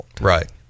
right